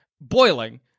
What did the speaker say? boiling